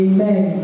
Amen